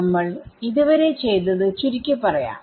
നമ്മൾ ഇതുവരെ ചെയ്തത് ചുരുക്കിപറയാം